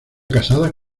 casada